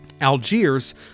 Algiers